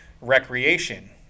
recreation